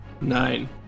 Nine